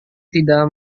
tidak